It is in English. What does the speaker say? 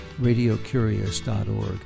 radiocurious.org